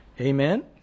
Amen